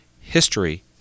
history